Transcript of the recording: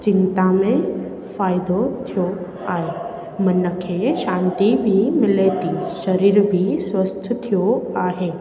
चिंता में फ़ाइदो थियो आहे मन खे शांती बि मिले थी शरीर बि स्वस्थ थियो आहे